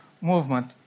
movement